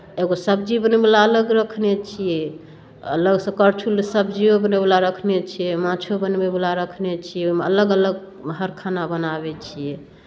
एगो सब्जी बनबैवला अलग रखने छियै अलगसँ करछुल सब्जियो बनबैवला रखने छियै माछो बनबैवला रखने छियै ओहिमे अलग अलग हर खाना बनाबै छियै